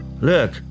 look